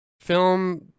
film